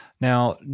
Now